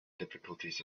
difficulties